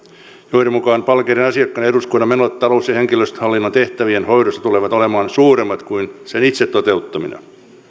joiden mukaan palkeiden asiakkaana eduskunnan menot talous ja henkilöstöhallinnon tehtävien hoidossa tulevat olemaan suuremmat kuin sen toteuttaminen itse